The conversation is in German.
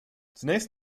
zunächst